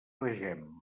vegem